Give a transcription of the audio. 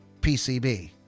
PCB